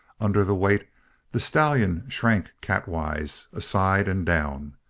under the weight the stallion shrank catwise, aside and down.